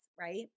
Right